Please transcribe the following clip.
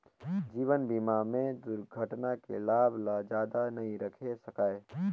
जीवन बीमा में दुरघटना के लाभ ल जादा नई राखे सकाये